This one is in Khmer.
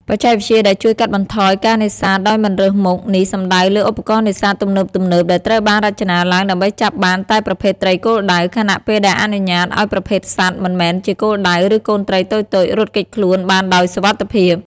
បច្ចេកវិទ្យាដែលជួយកាត់បន្ថយការនេសាទដោយមិនរើសមុខ នេះសំដៅលើឧបករណ៍នេសាទទំនើបៗដែលត្រូវបានរចនាឡើងដើម្បីចាប់បានតែប្រភេទត្រីគោលដៅ ខណៈពេលដែលអនុញ្ញាតឲ្យប្រភេទសត្វមិនមែនជាគោលដៅ ឬកូនត្រីតូចៗ រត់គេចខ្លួនបានដោយសុវត្ថិភាព។